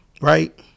right